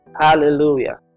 hallelujah